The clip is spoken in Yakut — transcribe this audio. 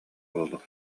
буолуо